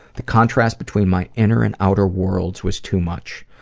the contrast between my inner and outer worlds was too much.